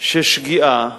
שזו שגיאה